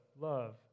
Love